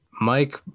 mike